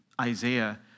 Isaiah